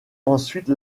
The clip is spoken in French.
ensuite